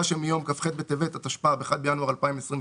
שמיום כ"ח בטבת התשפ"ב (1 בינואר 2022)